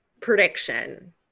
prediction